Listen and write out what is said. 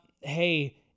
hey